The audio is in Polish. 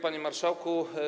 Panie Marszałku!